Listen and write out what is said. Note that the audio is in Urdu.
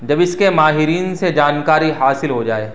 جب اس کے ماہرین سے جانکاری حاصل ہو جائے